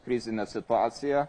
krizine situacija